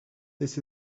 this